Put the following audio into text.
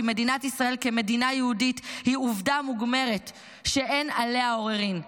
מדינת ישראל כמדינה יהודית היא עובדה מוגמרת שאין עליה עוררין.